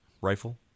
rifle